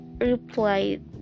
replied